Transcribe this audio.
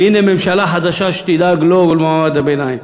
והנה ממשלה חדשה שתדאג לו, למעמד הביניים.